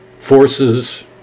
forces